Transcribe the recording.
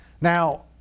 Now